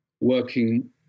working